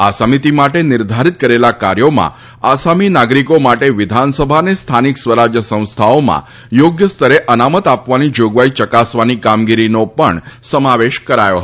આ સમિતિ માટે નિર્ધારીત કરેલા કાર્યોમાં આસામી નાગરીકો માટે વિધાનસભા અને સ્થાનિક સ્વરાજ સંસ્થાઓમાં થોગ્ય સ્તરે અનામત આપવાની જોગવાઇ ચકાસવાની કામગીરીનો પણ સમાવેશ કરાયો છે